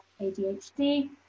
ADHD